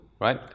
right